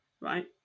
right